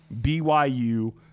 BYU